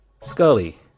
Scully